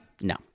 No